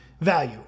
value